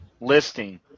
listing